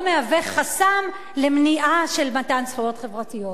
מהווה חסם למניעה של מתן זכויות חברתיות.